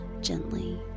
gently